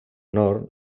nord